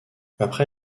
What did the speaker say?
après